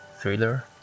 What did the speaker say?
thriller